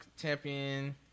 champion